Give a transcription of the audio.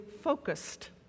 focused